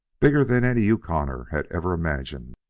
bigger than any yukoner had ever imagined,